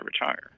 retire